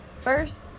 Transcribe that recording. first